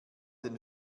den